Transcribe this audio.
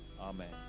Amen